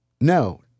No